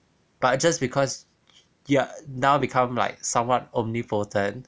but just because you're now become like somewhat omnipotent